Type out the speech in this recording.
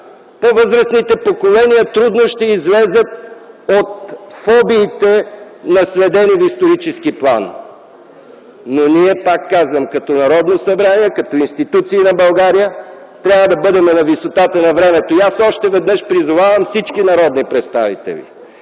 по-възрастните поколения трудно ще излязат от фобиите, наследени в исторически план, но ние, пак казвам, като Народно събрание, като институции на България, трябва да бъдем на висотата на времето. И аз още веднъж призовавам всички народни представители: